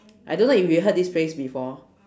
I don't know if you heard this phrase before